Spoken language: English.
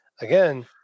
Again